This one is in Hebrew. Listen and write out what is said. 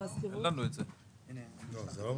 נציג פה